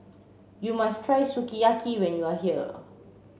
you must try Sukiyaki when you are here